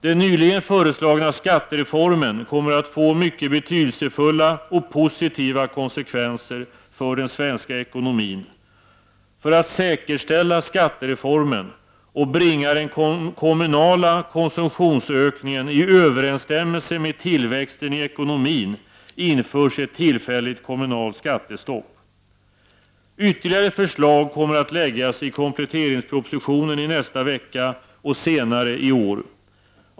Den nyligen föreslagna skattereformen kommer att få mycket betydelsefulla och positiva konsekvenser för den svenska ekonomin. För att säkerställa skattereformen och bringa den kommunala konsumtionsökningen i överensstämmelse med tillväxten i ekonomin införs ett tillfälligt kommunalt skattestopp. Ytterligare förslag kommer att läggas fram i kompletteringspropositionen i nästa vecka och senare i år.